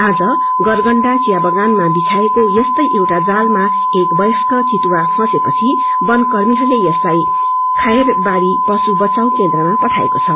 आज गरगण्डा चियाबगानमा बिडाईएके यस्ते एउटा जालामा एक वयस्क चितुवा फँसेपछि वनकर्मीहरूले यसलाइ खयरबारी पशु वचाव केन्द्रमा पठाएको छ